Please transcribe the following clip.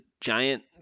giant